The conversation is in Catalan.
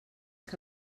que